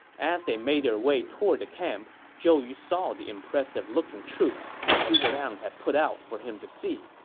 as they made their way toward the camp, zhou yu saw the impressive-looking troops that zhuge liang had put out for him to see,